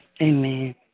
Amen